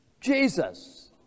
Jesus